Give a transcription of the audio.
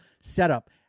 setup